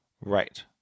Right